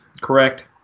correct